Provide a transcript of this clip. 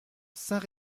saint